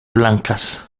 blancas